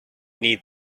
need